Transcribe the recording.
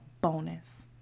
bonus